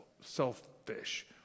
selfish